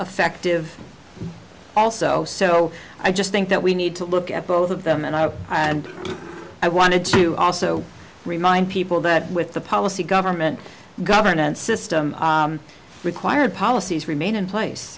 effective also so i just think that we need to look at both of them and i have and i wanted to also remind people that with the policy government governance system required policies remain in place